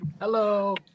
Hello